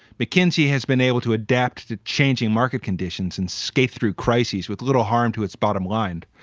mckinsey has been able to adapt to changing market conditions and scale through crises with little harm to its bottom line.